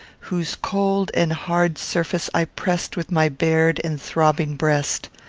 whose cold and hard surface i pressed with my bared and throbbing breast.